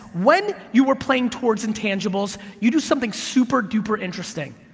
when you're playing towards intangibles, you do something super-duper interesting.